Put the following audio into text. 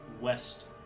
west